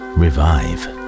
revive